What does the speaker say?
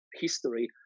history